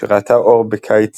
שראתה אור בקיץ